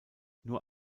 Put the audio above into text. nur